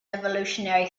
evolutionary